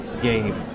game